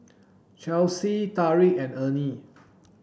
Chelsea Tarik and Ernie